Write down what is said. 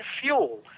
fuel